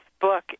book